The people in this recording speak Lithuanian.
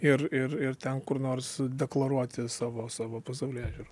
ir ir ir ten kur nors deklaruoti savo savo pasaulėžiūrą